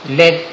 let